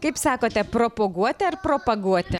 kaip sakote propoguoti ar propaguoti